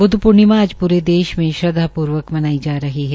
ब्द्व पूर्णिमा आज देश में श्रद्वापूर्वक मनाई जा रही है